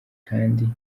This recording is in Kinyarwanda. kandi